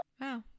Wow